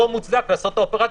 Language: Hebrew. לא מוצדק לעשות את האופרציה,